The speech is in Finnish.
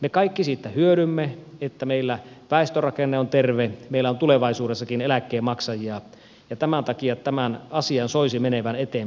me kaikki siitä hyödymme että meillä väestörakenne on terve meillä on tulevaisuudessakin eläkkeen maksajia ja tämän takia tämän asian soisi menevän eteenpäin